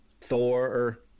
thor